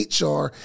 HR